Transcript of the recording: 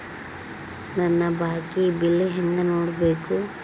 ನನ್ನ ಬಾಕಿ ಬಿಲ್ ಹೆಂಗ ನೋಡ್ಬೇಕು?